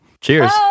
Cheers